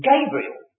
Gabriel